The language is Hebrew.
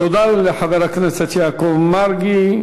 תודה לחבר הכנסת יעקב מרגי.